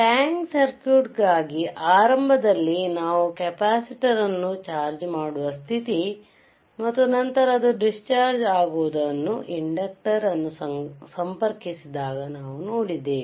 tank circuit ಗಾಗಿ ಆರಂಭದಲ್ಲಿ ನಾವು ಕೆಪಾಸಿಟರ್ ಅನ್ನು ಚಾರ್ಜ್ ಮಾಡುವ ಸ್ಥಿತಿ ಮತ್ತು ನಂತರ ಅದು ಡಿಸ್ಚಾರ್ಜ್ ಆಗುವುದನ್ನು ಇಂಡಕ್ಟರ್ ಅನ್ನು ಸಂಪರ್ಕಿಸಿದಾಗ ನಾವು ನೋಡಿದ್ದೇವೆ